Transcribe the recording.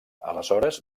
aleshores